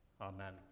Amen